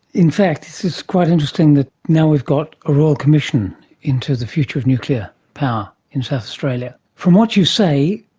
in fact this is quite interesting that now we've got a royal commission into the future of nuclear power in south australia. from what you say,